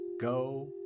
go